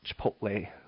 Chipotle